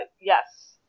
yes